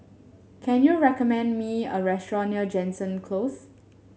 can you recommend me a restaurant near Jansen Close